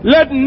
Let